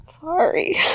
Sorry